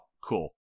Cool